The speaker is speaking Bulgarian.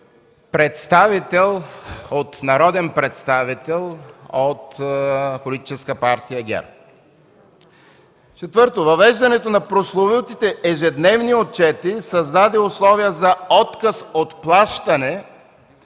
забележете, от народен представител от Политическа Партия ГЕРБ. Четвърто, въвеждането на прословутите ежедневни отчети създаде условия за отказ от плащане